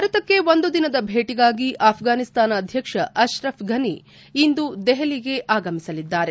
ಭಾರತಕ್ಕೆ ಒಂದು ದಿನದ ಭೇಟಗಾಗಿ ಅಫ್ರಾನಿಸ್ತಾನ ಅಧ್ಯಕ್ಷ ಅಕ್ರಫ್ ಫನಿ ಇಂದು ದೆಹಲಿಗೆ ಆಗಮಿಸಲಿದ್ದಾರೆ